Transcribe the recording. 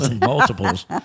Multiples